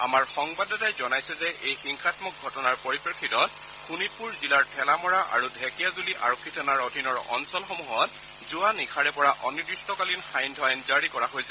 আমাৰ সংবাদদাতাই জনাইছে যে এই হিংসামক ঘটনাৰ পৰিপ্ৰেক্ষিতত শোণিতপুৰ জিলাৰ ঠেলামৰা আৰু ঢেকীয়াজুলি আৰক্ষী থানা অধীনৰ অঞ্চলসমূহত যোৱা নিশাৰে পৰা অনিৰ্দিষ্টকালীন সান্ধ্য আইন জাৰি কৰা হৈছে